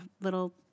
little